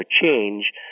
change